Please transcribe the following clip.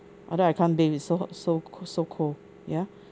otherwise I can't bathe it's so hot so cold so cold ya